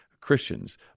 Christians